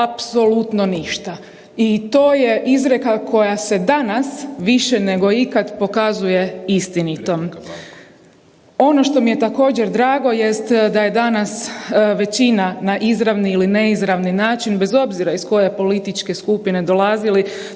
apsolutno ništa i to je izreka koja se danas više nego ikad pokazuje istinitom. Ono što mi je također, drago jest da je danas većina na izravni ili neizravni način, bez obzira iz koje političke skupine dolazili,